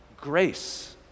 Grace